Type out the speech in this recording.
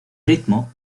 ritmo